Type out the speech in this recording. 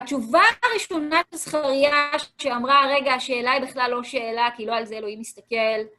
התשובה הראשונה של זכריה, שאמרה, רגע, השאלה היא בכלל לא שאלה, כאילו, על זה אלוהים מסתכל.